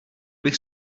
bych